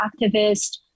activist